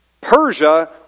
Persia